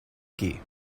qui